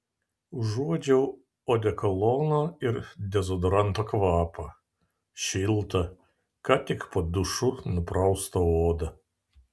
užuodžiau odekolono ir dezodoranto kvapą šiltą ką tik po dušu nupraustą odą